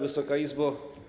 Wysoka Izbo!